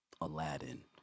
Aladdin